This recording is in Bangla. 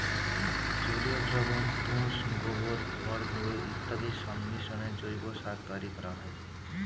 জলীয় দ্রবণ, তুষ, গোবর, খড়গুঁড়ো ইত্যাদির সংমিশ্রণে জৈব সার তৈরি করা হয়